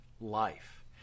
life